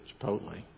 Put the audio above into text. Chipotle